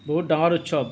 বহুত ডাঙৰ উৎসৱ